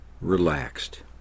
relaxed